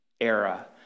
era